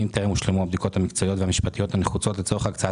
טרם הושלמו הבדיקות המקצועיות והמשפטיות הנחוצות לצורך הקצאת